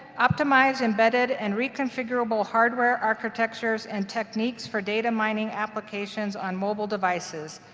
optimized embedded and reconfigurable hardware architectures and techniques for data mining applications on mobile devices.